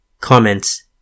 Comments